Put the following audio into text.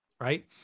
right